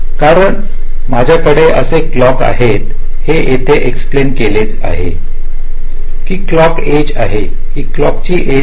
कारण माझ्या कडे असे क्लॉक आहे हे येथे एक्स्प्लेन केले आहे की ही क्लॉकची एज आहे हे क्लॉक ची एज आहे